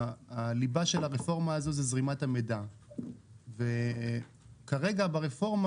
הליבה של הרפורמה הזו זה זרימת המידע וכרגע ברפורמה